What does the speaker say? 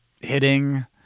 hitting